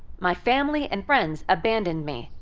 my family and friends abandoned me.